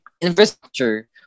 infrastructure